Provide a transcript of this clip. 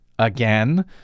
Again